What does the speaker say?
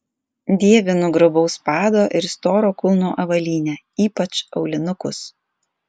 dievinu grubaus pado ir storo kulno avalynę ypač aulinukus